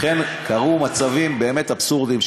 לכן קרו מצבים באמת אבסורדיים,